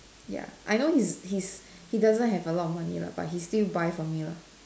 ya I know he's he's he doesn't have a lot of money lah but he still buy for me lah